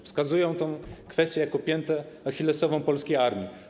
Wskazują oni tę kwestię jako piętę achillesową polskiej armii.